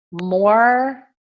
more